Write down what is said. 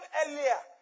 earlier